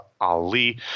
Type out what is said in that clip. Ali